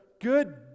good